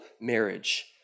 marriage